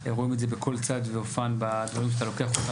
רואים את זה בכל צעד ואופן בדברים שאתה לוקח אותם,